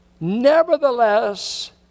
Nevertheless